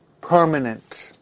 permanent